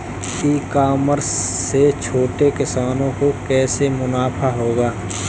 ई commerce से छोटे किसानों को कैसे मुनाफा होगा?